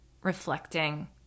reflecting